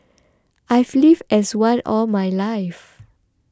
I've lived as one all my life